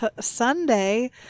Sunday